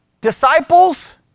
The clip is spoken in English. disciples